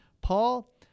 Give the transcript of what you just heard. Paul